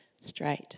straight